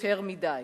יותר מדי.